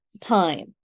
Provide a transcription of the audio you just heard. time